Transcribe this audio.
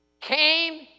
Came